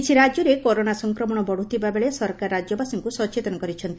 କିଛି ରାକ୍ୟରେ କରୋନା ସଂକ୍ରମଣ ବତୁଥିବା ବେଳେସରକାର ରାଜ୍ୟବାସୀଙ୍କୁ ସଚେତନ କରାଇଛନ୍ତି